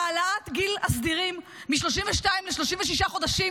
העלאת גיל הסדירים מ-32 ל-36 חודשים,